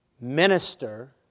minister